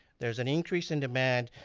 there's an increase in demand